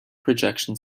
projection